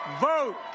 Vote